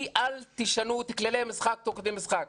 אל תשנו את כללי המשחק תוך כדי משחק.